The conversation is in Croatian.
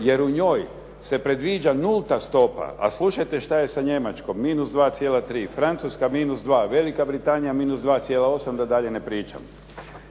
jer u njoj se predviđa nulta stopa. A slušajte šta je sa Njemačkom -2,3, Francuska -2, Velika Britanija -2,8, da dalje ne pričam.